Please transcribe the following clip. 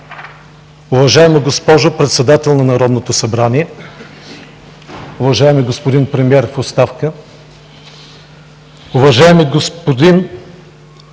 уважаема госпожо Председател на Народното събрание, уважаеми господин Премиер в оставка, Ваше